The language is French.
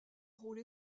rôle